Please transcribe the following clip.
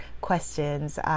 questions